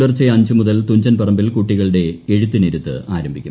പുലർച്ചെ അഞ്ചുമുതൽ തുഞ്ചൻപറമ്പിൽ കുട്ടികളുടെ നാളെ എഴുത്തിനിരുത്ത് ആരംഭിക്കും